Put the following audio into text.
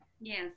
Yes